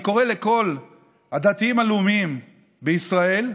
אני קורא לכל הדתיים הלאומיים בישראל,